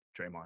Draymond